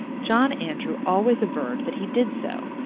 john andrew always averred that he did so,